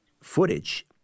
footage